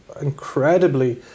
incredibly